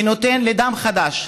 ונותן לדם חדש,